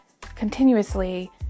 continuously